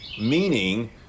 meaning